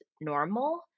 normal